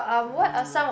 ah